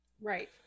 Right